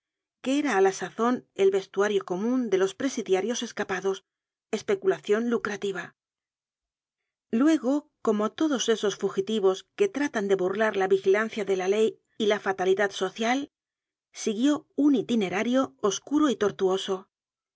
que era á la sazon el vestuario comun de los presidiarios escapados especulacion lucrativa luego como lodos esos fugitivos que tratan de burlar la vigilancia de la ley y la fatalidad social siguió un itinerario oscuro y tortuoso